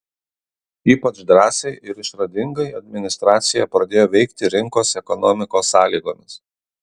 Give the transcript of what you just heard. ypač drąsiai ir išradingai administracija pradėjo veikti rinkos ekonomikos sąlygomis